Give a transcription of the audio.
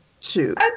shoot